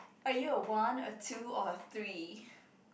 are you a one a two or a three